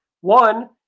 one